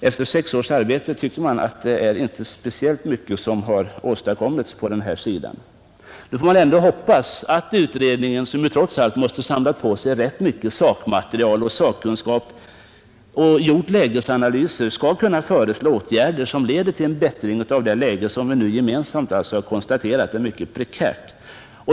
Efter sex års arbete i alkoholpolitiska utredningen förefaller det inte vara särskilt mycket som har åstadkommits. Nu får vi ändå hoppas att utredningen, som trots allt måste ha samlat på sig rätt mycket sakmaterial och sakkunskap och som gjort lägesanalyser, skall kunna föreslå åtgärder som leder till en förbättring av det läge som vi nu gemensamt konstaterat är mycket prekärt.